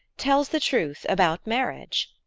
tells the truth about marriage.